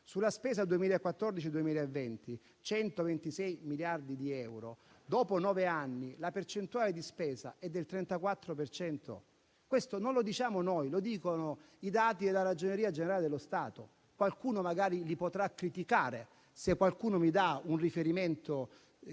Sulla spesa 2014-2020, su 126 miliardi di euro, dopo nove anni, la percentuale di spesa è del 34 per cento: questo non lo diciamo noi, lo dicono i dati della Ragioneria generale dello Stato. Qualcuno magari li potrà criticare, ma deve darmi un riferimento